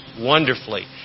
wonderfully